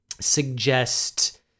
suggest